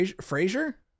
Fraser